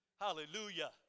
Hallelujah